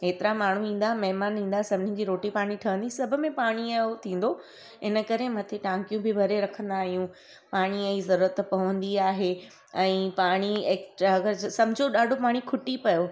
एतिरा माण्हू ईंदा महिमान ईंदा सभिनीनि जी रोटी पाणी ठहंदी सभु में पाणीअ जो थींदो इन करे मथे टांकियूं बि भरे रखंदा आहियूं पाणीअ ई ज़रूरुत पवंदी आहे ऐं पाणी एक्सट्रा अगरि सम्झो ॾाढो पाणी खुटी पियो